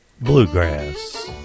Bluegrass